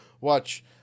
Watch